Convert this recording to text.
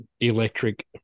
electric